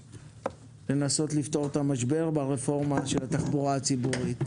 לנסות לפתור את המשבר ברפורמה של התחבורה הציבורית.